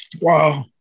Wow